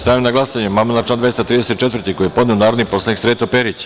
Stavljam na glasanje amandman na član 234. koji je podneo narodni poslanik Sreto Perić.